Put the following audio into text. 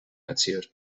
erzielt